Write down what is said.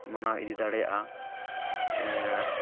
ᱢᱟᱱᱟᱣ ᱤᱫᱤ ᱫᱟᱲᱮᱭᱟᱜᱼᱟ ᱟᱨ